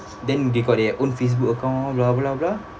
then they got their own facebook account